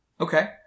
Okay